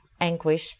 anguish